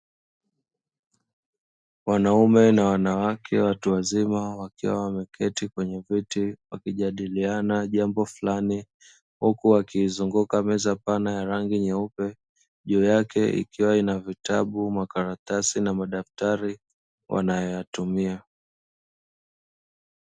Wanaume na wanawake watu wazima, wakiwa wameketi kwenye viti, wakijadiliana jambo fulani, huku wakizunguka meza pana ya rangi nyeupe, juu yake ikiwa na vitabu, makaratasi na madaftari, wanayatumia.